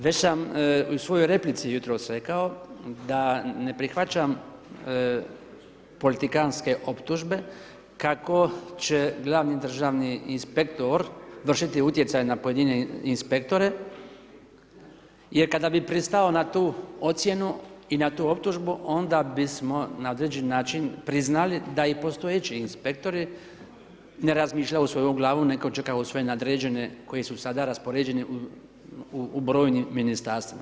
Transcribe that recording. Već sam u svojoj replici jutros rekao da ne prihvaćam politikantske optužbe kako će glavni državni inspektor vršiti utjecaj na pojedine inspektore jer kada bih pristao na tu ocjenu i na tu optužbu, onda bismo na određeni način priznali da i postojeći inspektori ne razmišljaju svojom glavom, nego čekaju svoje nadređene koji su sada raspoređeni u brojnim Ministarstvima.